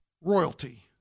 royalty